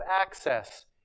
access